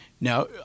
Now